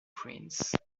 prince